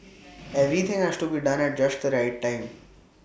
everything has to be done at just the right time